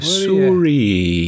sorry